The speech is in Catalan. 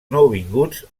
nouvinguts